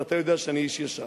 ואתה יודע שאני איש ישר,